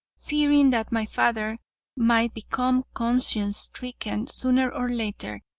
fearing that my father might become conscience stricken sooner or later,